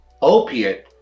opiate